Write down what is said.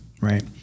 right